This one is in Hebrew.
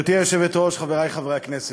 גברתי היושבת-ראש, חברי חברי הכנסת,